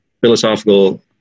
philosophical